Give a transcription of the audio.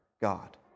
God